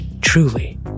truly